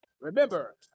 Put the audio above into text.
Remember